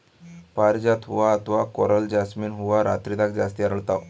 ಪಾರಿಜಾತ ಹೂವಾ ಅಥವಾ ಕೊರಲ್ ಜಾಸ್ಮಿನ್ ಹೂವಾ ರಾತ್ರಿದಾಗ್ ಜಾಸ್ತಿ ಅರಳ್ತಾವ